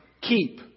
Keep